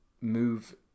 move